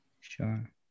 sure